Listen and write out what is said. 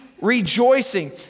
rejoicing